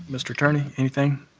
mr. attorney, anything?